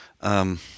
Um